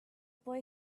boy